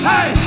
Hey